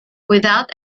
without